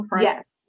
Yes